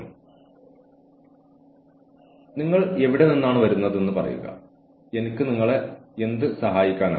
അതിനാൽ ഏതെങ്കിലും തരത്തിലുള്ള അച്ചടക്ക നടപടി സ്വീകരിക്കുന്നതിന് മുമ്പ് മയക്കുമരുന്ന് ഉപയോഗത്തിന്റെ നിയമസാധുത നിർണ്ണയിക്കേണ്ടതുണ്ട്